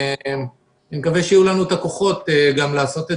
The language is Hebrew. אני מקווה שיהיו לנו הכוחות גם לעשות את